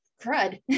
crud